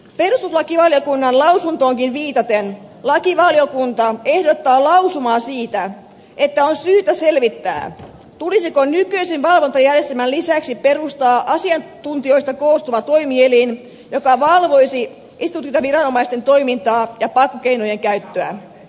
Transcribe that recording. perustuslakivaliokunnan lausuntoonkin viitaten lakivaliokunta ehdottaa lausumaa siitä että on syytä selvittää tulisiko nykyisen valvontajärjestelmän lisäksi perustaa asiantuntijoista koostuva toimielin joka valvoisi esitutkintaviranomaisten toimintaa ja pakkokeinojen käyttöä